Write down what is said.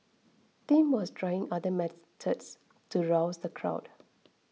Tim was trying other methods to rouse the crowd